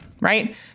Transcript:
right